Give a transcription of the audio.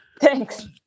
thanks